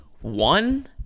one